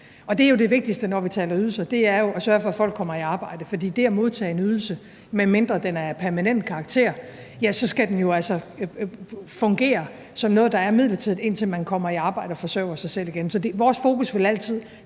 det vigtigste, når vi taler ydelser, altså at sørge for, at folk kommer i arbejde. For en ydelse, medmindre den er af permanent karakter, skal jo altså fungere som noget, der er midlertidigt, indtil man kommer i arbejde og forsørger sig selv igen. Så vores fokus vil altid